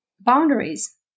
Boundaries